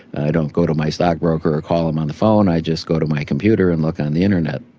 i don't go to my stockbroker or call him on the phone, i just go to my computer and look on the internet.